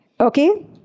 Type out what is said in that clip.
Okay